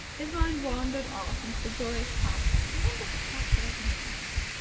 his mind wandered off into the glorious past. i wonder what that girl's name was.